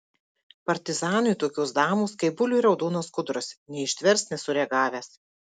partizanui tokios damos kaip buliui raudonas skuduras neištvers nesureagavęs